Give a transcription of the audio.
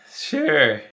Sure